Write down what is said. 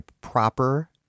proper